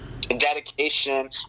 dedication